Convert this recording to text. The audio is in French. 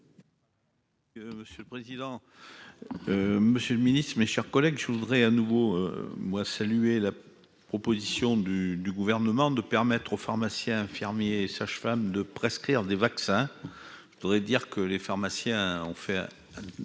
Monsieur le président, Monsieur le Ministre, mes chers collègues, je voudrais à nouveau moi salué la proposition du du gouvernement, de permettre aux pharmaciens, infirmiers, sages-femmes de prescrire des vaccins, je voudrais dire que les pharmaciens ont fait un